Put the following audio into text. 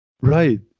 right